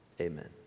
Amen